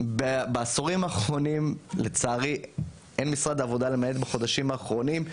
בעשורים האחרונים לצערי אין משרד העבודה למעט בחודשים האחרונים,